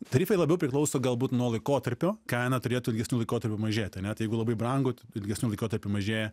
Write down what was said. tarifai labiau priklauso galbūt nuo laikotarpio kaina turėtų ilgesniu laikotarpiu mažėt ane tai jeigu labai brangus ilgesniu laikotarpiu mažėja